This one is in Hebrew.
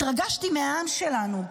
התרגשתי מהעם שלנו,